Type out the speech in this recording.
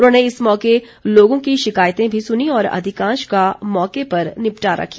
उन्होंने इस मौके लोगों की शिकायतें भी सुनीं और अधिकांश का मौके पर निपटारा किया